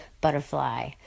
butterfly